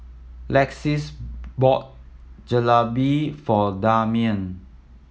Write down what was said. Lexis bought Jalebi for Damian